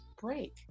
break